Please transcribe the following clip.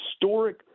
historic